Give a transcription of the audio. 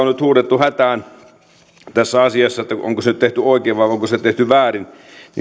on nyt huudettu hätään tässä asiassa että onko se tehty oikein vai onko se tehty väärin